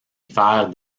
faire